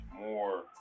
more